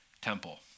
temple